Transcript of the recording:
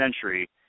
century